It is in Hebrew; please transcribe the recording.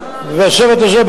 והצוות הזה,